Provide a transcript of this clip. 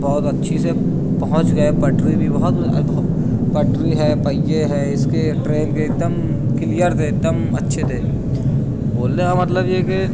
بہت اچھی سے پہنچ گیے پٹری بھی بہت پٹری ہے پہیے ہیں اس کے ٹرین کے ایک دم کلیئر تھے ایک دم اچھے تھے بولنے کا مطلب یہ ہے کہ